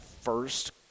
first